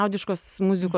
liaudiškos muzikos